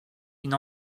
une